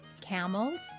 Camels